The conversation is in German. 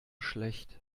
schlecht